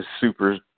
super